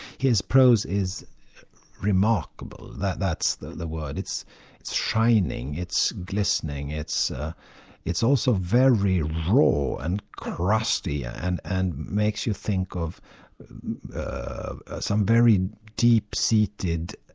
his prose is remarkable, that's the the word it's it's shining, it's glistening it's ah it's also very raw and crusty and and makes you think of ah some very deep-seated,